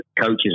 coaches